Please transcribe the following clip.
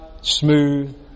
smooth